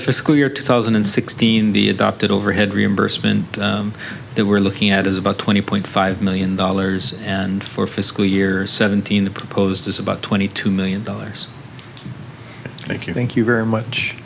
fiscal year two thousand and sixteen the adopted overhead reimbursement that we're looking at is about twenty point five million dollars and for fiscal year seventeen the proposed is about twenty two million dollars thank you thank you very much